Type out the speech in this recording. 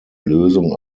lösung